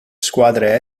squadre